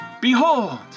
Behold